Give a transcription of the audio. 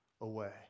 away